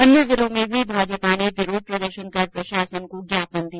अन्य जिलों में भी भाजपा ने विरोध प्रदर्शन कर प्रशासन को ज्ञापन दिया